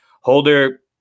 holder